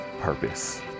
purpose